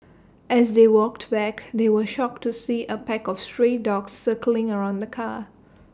as they walked back they were shocked to see A pack of stray dogs circling around the car